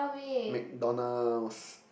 McDonalds